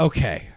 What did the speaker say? Okay